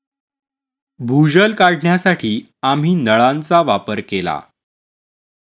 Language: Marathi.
भूजल काढण्यासाठी आम्ही नळांचा वापर केला